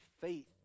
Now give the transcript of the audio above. faith